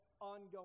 ongoing